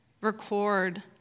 record